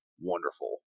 wonderful